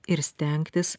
ir stengtis